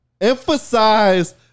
Emphasize